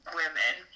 women